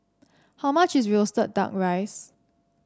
how much is roasted duck rice